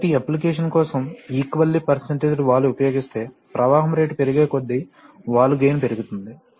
కాబట్టి ఈ అప్లికేషన్ కోసం ఈక్వాల్లి పర్సెంటేజ్ వాల్వ్ ఉపయోగిస్తే ప్రవాహం రేటు పెరిగేకొద్దీ వాల్వ్ గెయిన్ పెరుగుతుంది